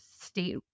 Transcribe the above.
state